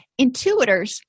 Intuitors